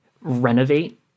renovate